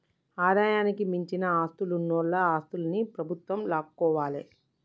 ఆదాయానికి మించిన ఆస్తులున్నోల ఆస్తుల్ని ప్రభుత్వం లాక్కోవాలే